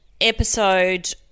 episode